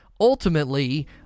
ultimately